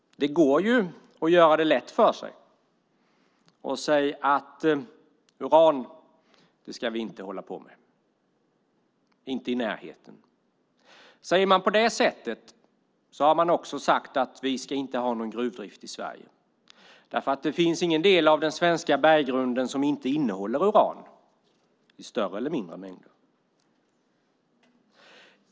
Det går att göra det lätt för sig och säga att uran ska vi inte hålla på med, inte i närheten. Säger man på det sättet har man också sagt att vi inte ska ha någon gruvdrift i Sverige. Det finns nämligen ingen del av den svenska berggrunden som inte innehåller uran i större eller mindre mängder.